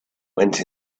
went